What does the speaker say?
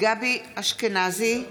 גבי אשכנזי,